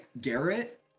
Garrett